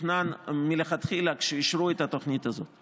תוכנן מלכתחילה כשאישרו את התוכנית הזאת.